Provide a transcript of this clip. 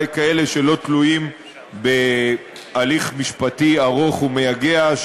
אולי כאלה שלא תלויים בהליך משפטי ארוך ומייגע,